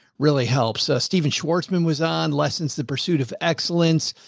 really helps us. stephen schwarzman was on lessons. the pursuit of excellence,